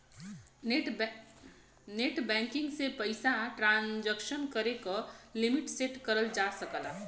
net banking से पइसा transaction करे क लिमिट सेट करल जा सकला